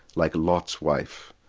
like lot's wife,